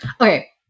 Okay